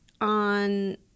on